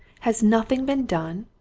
has nothing been done?